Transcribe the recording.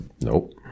Nope